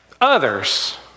Others